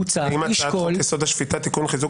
מוצע לשקול --- האם הצעת חוק-יסוד: השפיטה (תיקון חיזוק